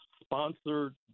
sponsored